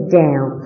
down